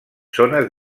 zones